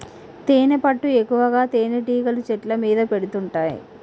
తేనెపట్టు ఎక్కువగా తేనెటీగలు చెట్ల మీద పెడుతుంటాయి